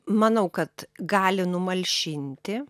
manau kad gali numalšinti